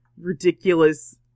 ridiculous